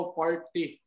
party